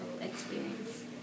experience